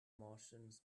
martians